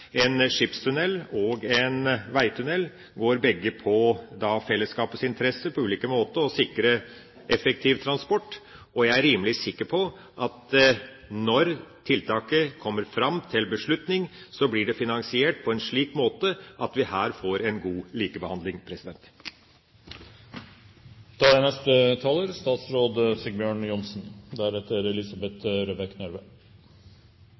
en skipstunnel og en veitunnel begge, i fellesskapets interesse, på ulike måter, går ut på å sikre effektiv transport, og jeg er rimelig sikker på at når tiltaket kommer fram til beslutning, blir det finansiert på en slik måte at vi her får en god likebehandling. Slik jeg ser det, er